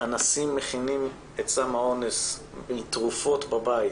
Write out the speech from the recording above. אנסים מכינים את סם האונס מתרופות בבית